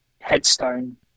headstone